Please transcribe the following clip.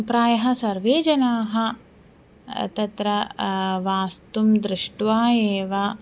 प्रायः सर्वे जनाः तत्र वास्तु दृष्ट्वा एव